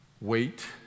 wait